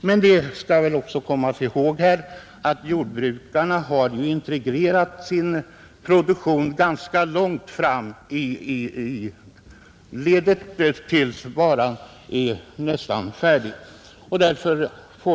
Men man skall också komma ihåg att jordbrukarna integrerat sin produktion ganska långt fram i leden, tills varan är nästan färdig.